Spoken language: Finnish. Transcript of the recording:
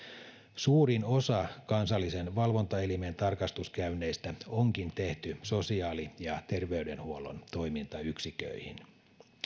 suurin osa kansallisen valvontaelimen tarkastuskäynneistä onkin tehty sosiaali ja terveydenhuollon toimintayksiköihin